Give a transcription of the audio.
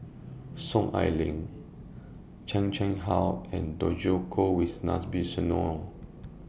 Soon Ai Ling Chan Chang How and Djoko Wibisono